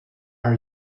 are